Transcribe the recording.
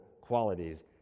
qualities